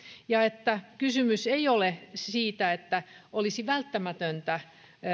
ja että kysymys ei ole siitä että olisi välttämätöntä